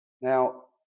Now